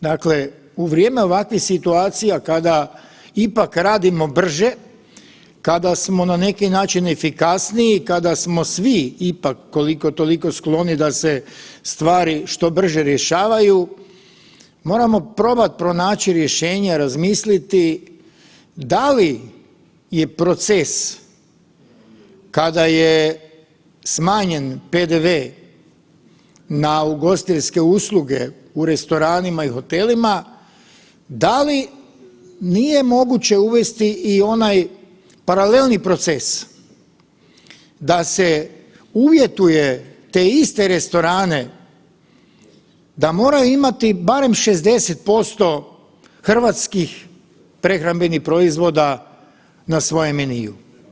Dakle, u vrijeme ovakvih situacija kada ipak radimo brže, kada smo na neki način efikasniji, kada smo svi ipak koliko toliko skloni da se stvari što brže rješavaju, moramo probat pronaći rješenje, razmisliti da li je proces kada je smanjen PDV na ugostiteljske usluge u restoranima i hotelima, da li nije moguće uvesti i onaj paralelni proces da se uvjetuje te iste restorane da moraju imati barem 60% hrvatskih prehrambenih proizvoda na svojem meniju.